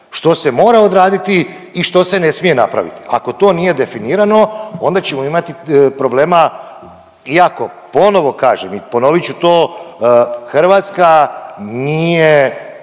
što se mora odraditi i što se ne smije napraviti. Ako to nije definirano, onda ćemo imati problema, iako ponovo kažem i ponovit ću to, Hrvatska nije